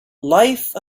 life